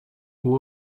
all